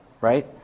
right